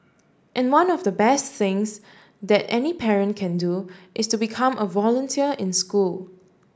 and one of the best things that any parent can do is to become a volunteer in school